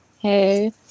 hey